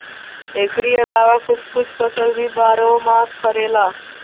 एकरी अलावा कुछ कुछ फल भी बारहो मास फरेला